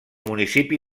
municipi